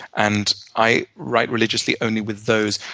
and i write religiously only with those.